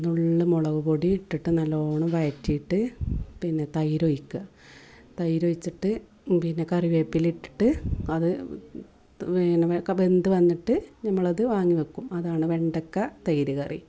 നുള്ള് മുളക് പൊടി ഇട്ടിട്ട് നല്ലവണ്ണം വയറ്റിയിട്ട് പിന്നെ തൈര് ഒഴിയ്ക്കുക തൈരൊച്ചിട്ട് പിന്നെ കറിവേപ്പില ഇട്ടിട്ട് അത് വേണ് അക്കെ വെന്ത് വന്നിട്ട് നമ്മളത് വാങ്ങി വെയ്ക്കും അതാണ് വെണ്ടക്ക തൈരു കറി